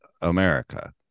America